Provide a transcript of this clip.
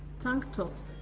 tank tops